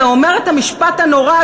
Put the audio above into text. אתה אומר את המשפט הנורא,